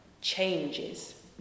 changes